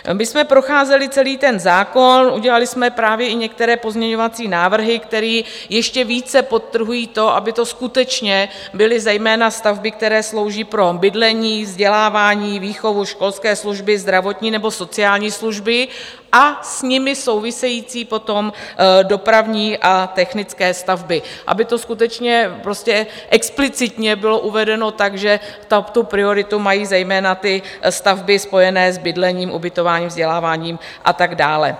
My jsme procházeli celý ten zákon, udělali jsme právě i některé pozměňovací návrhy, které ještě více podtrhují to, to skutečně byly zejména stavby, které slouží pro bydlení, vzdělávání, výchovu, školské služby, zdravotní nebo sociální služby a s nimi související potom dopravní a technické stavby, aby to skutečně explicitně bylo uvedeno tak, že tu prioritu mají zejména stavby spojené s bydlením, ubytováním, vzděláváním a tak dále.